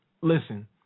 Listen